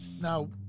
now